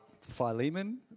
Philemon